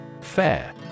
FAIR